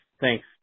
Thanks